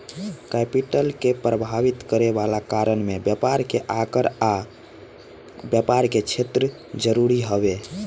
capital के प्रभावित करे वाला कारण में व्यापार के आकार आ व्यापार के क्षेत्र जरूरी हवे